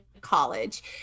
college